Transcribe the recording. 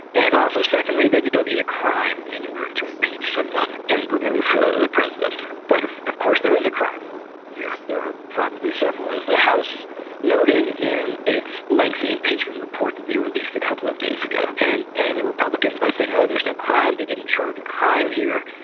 and also secondly, that you don't need a crime in order to impeach someone and remove the president. but of course, there is a crime here. there are probably several, as the house noted in its lengthy impeachment report that they released a couple of days ago. and and the republicans by saying, oh, there's no crime, they didn't charge a crime here,